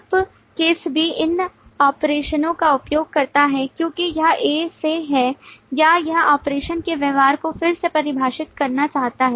उप case B इन ऑपरेशनों का उपयोग करता है क्योंकि यह A से है या यह ऑपरेशन के व्यवहार को फिर से परिभाषित करना चाहता है